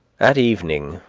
at evening,